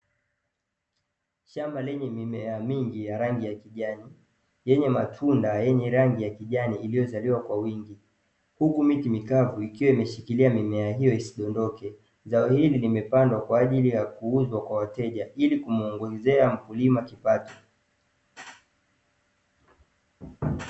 Shamba lenye mimea mingi ya rangi ya kijani yenye matunda yenye rangi ya kijani iliyozaliwa kwa wingi huku miti mikavu ikiwa imeshikilia mimea hiyo isidondoke. Zao hili limepandwa kwa ajili ya kuuzwa kwa wateja ili kumuongezea mkulima kipato.